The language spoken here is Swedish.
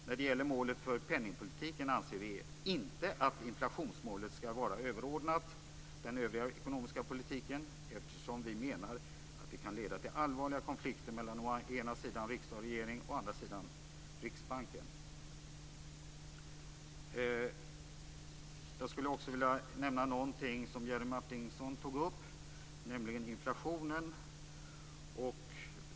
När det gäller målen för penningpolitiken anser vi inte att inflationsmålet skall vara överordnat den övriga ekonomiska politiken eftersom vi menar att det kan leda till allvarliga konflikter mellan å ena sida riksdag och regering och å andra sidan Jag skulle också vilja nämna någonting som Jerry Martinger tog upp, nämligen inflationen.